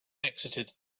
exited